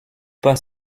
pas